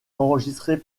enregistrées